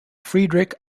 friedrich